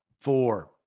four